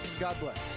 god bless!